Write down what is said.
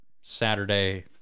Saturday